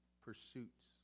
pursuits